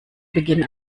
beginn